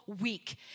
week